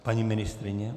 Paní ministryně?